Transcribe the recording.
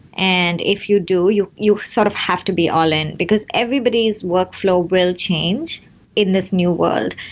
and if you do, you you sort of have to be all in, because everybody's workflow will change in this new world.